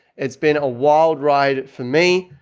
it's been a wild ride for me.